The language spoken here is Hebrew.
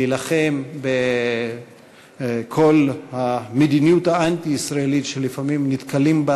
להילחם בכל המדיניות האנטי-ישראלית שלפעמים נתקלים בה